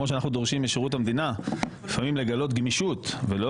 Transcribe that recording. כמו שאנחנו דורשים משירות המדינה לפעמים לגלות גמישות ולא